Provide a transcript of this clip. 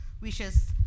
wishes